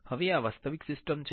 હવે આ વાસ્તવિક સિસ્ટમ છે